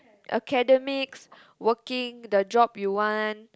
academics working the job you want